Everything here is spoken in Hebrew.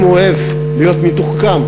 אם הוא אוהב להיות מתוחכם,